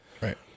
Right